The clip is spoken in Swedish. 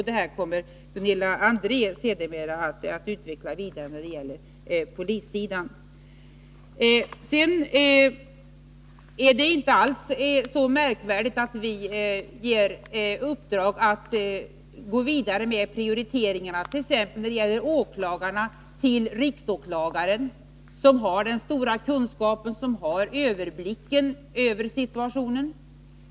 Detta kommer Gunilla André sedermera att utveckla vidare. Det är inte alls så märkvärdigt att vi ger uppdrag att gå vidare med prioriteringarna, t.ex. när det gäller åklagarna till riksåklagaren som har den stora kunskapen och överblicken över situationen.